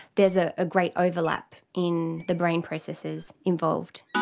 there's a ah great overlap in the brain processes involved.